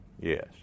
Yes